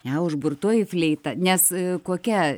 ne užburtoji fleita nes kokia